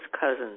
cousins